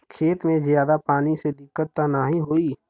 खेत में ज्यादा पानी से दिक्कत त नाही होई?